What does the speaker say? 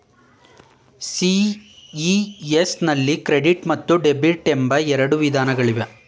CES ನಲ್ಲಿ credit ಮತ್ತು debit ಎಂಬ ಎರಡು ವಿಧಾನಗಳಿವೆ